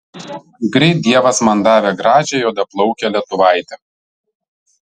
greit dievas man davė gražią juodaplaukę lietuvaitę